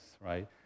right